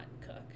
cook